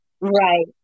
right